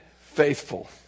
faithful